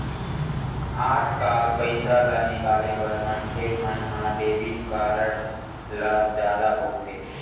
आजकाल पइसा ल निकाले बर मनखे मन ह डेबिट कारड ल जादा बउरथे